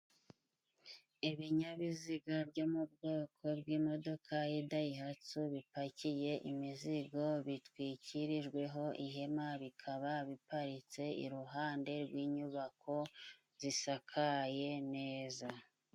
Ibinyabiziga byo mu bwoko bw'imodoka y'idayihatsu bipakiye imizigo bitwikirijweho ihema, bikaba biparitse iruhande rw'inyubako zisakaye neza.